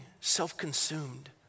self-consumed